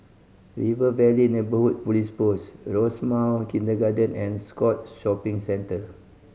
River Valley Neighbourhood Police Post Rosemount Kindergarten and Scotts Shopping Centre